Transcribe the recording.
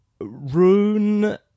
Rune